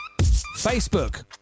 Facebook